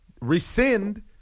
rescind